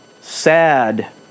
sad